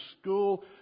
school